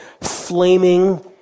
flaming